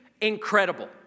incredible